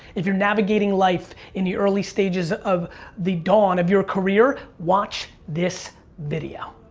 if you're navigating life in the early stages of the dawn of your career, watch this video.